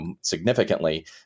significantly